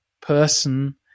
person